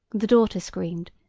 the daughter screamed,